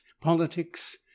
politics